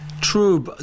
True